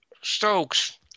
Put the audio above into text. Stokes